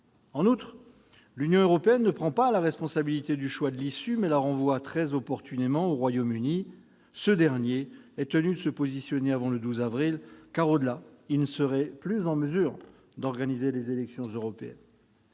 En outre, cette dernière ne prend pas la responsabilité du choix de l'issue, mais la renvoie très opportunément au Royaume-Uni : celui-ci est tenu de se positionner avant le 12 avril, car, au-delà, il ne serait plus en mesure d'organiser les élections européennes.